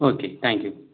okay thank you